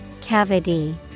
Cavity